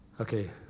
Okay